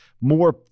more –